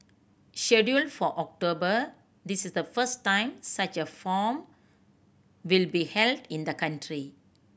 scheduled for October this is the first time such a form will be held in the country